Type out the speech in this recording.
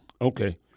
okay